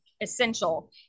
essential